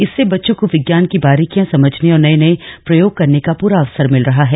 इससे बच्चों को विज्ञान की बारीकियां समझने और नये नये प्रयोग करने का पूरा अवसर मिल रहा है